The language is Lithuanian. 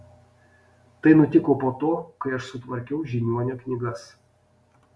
tai nutiko po to kai aš sutvarkiau žiniuonio knygas